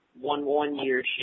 one-one-year